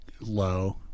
low